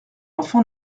enfant